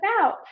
out